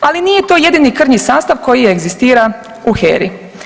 Ali nije to jedini krnji sastav koji egzistira u HERI.